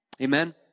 Amen